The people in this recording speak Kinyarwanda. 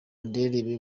adele